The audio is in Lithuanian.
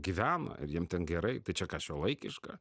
gyvena ir jiem ten gerai tai čia kas šiuolaikiška